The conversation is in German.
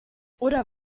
oder